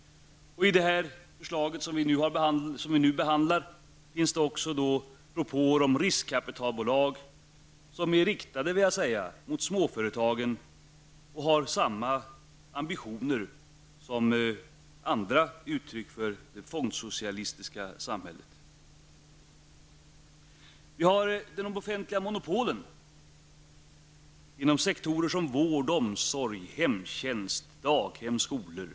I det förslag som vi nu behandlar finns det också propåer om riskkapitalbolag, vilka är riktade mot småföretagen och har samma ambitioner som andra uttryck för det fondsocialistiska samhället. Vi har de offentliga monopolen inom sektorer som vård, omsorg, hemtjänst, daghem och skolor.